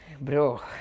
Bro